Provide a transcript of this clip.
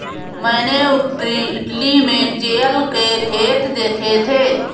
मैंने उत्तरी इटली में चेयल के खेत देखे थे